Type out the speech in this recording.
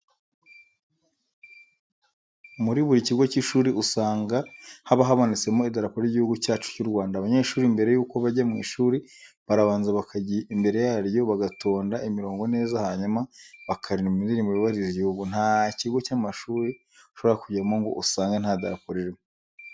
Muri buri kigo cy'ishuri usanga haba hamanitsemo idarapo ry'igihugu cyacu cy'u Rwanda. Abanyeshuri mbere yuko bajya mu ishuri barabanza bakajya imbere yaryo bagatonda imirongo neza hanyuma bakaririmba indirimbo yubahiriza igihugu. Nta kigo cy'amashuri ushobora kujyamo ngo usange nta darapo ririmo.